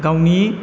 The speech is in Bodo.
गावनि